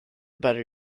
better